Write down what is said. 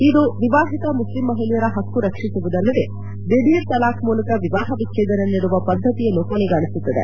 ಇದು ವಿವಾಹಿತ ಮುಸ್ಲಿಂ ಮಹಿಳೆಯರ ಹಕ್ಕು ರಕ್ಷಿಸುವುದಲ್ಲದೆ ದಿಧೀರ್ ತಲಾಖ್ ಮೂಲಕ ವಿವಾಹ ವಿಚ್ಚೇದನ ನೀಡುವ ಪದ್ದತಿಯನ್ನು ಕೊನೆಗಾಣಿಸುತ್ತದೆ